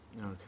Okay